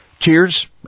Cheers